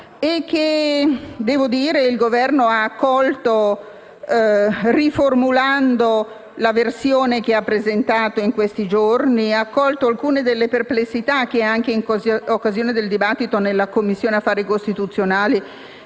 riconoscere che il Governo ha accolto, riformulando la versione presentata in questi giorni, alcune delle perplessità che, anche in occasione del dibattito in Commissione affari costituzionali,